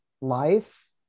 life